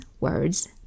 words